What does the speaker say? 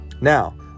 Now